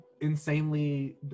insanely